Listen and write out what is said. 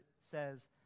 says